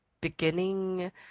beginning